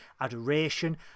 adoration